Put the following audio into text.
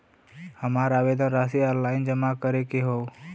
हमार आवेदन राशि ऑनलाइन जमा करे के हौ?